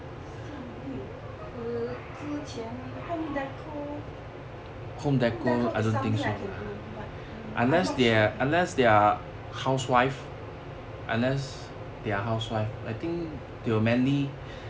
项链 err 之前 home decor home decor is something I can do but hmm I am not sure hmm